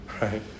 right